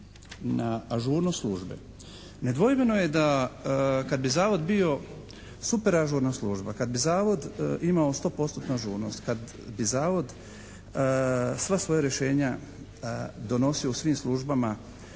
na ažurnost službe. Nedvojbeno je da kad bi zavod bio superažurna služba, kad bi zavod imao 100% ažurnost, kad bi zavod sva svoja rješenja donosio u svim službama